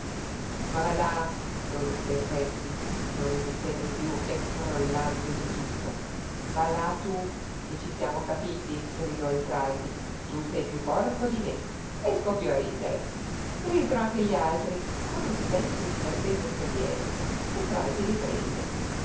ma va là proruppe il respi non resistendo piú e scrollandosi tutto va là tu che ci siamo capiti gridò il traldi tu sei piú porco di me e scoppiò a ridere risero anche gli altri con un senso d'inatteso sollievo e traldi riprese